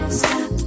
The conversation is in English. stop